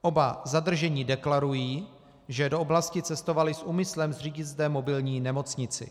Oba zadržení deklarují, že do oblasti cestovali s úmyslem zřídit zde mobilní nemocnici.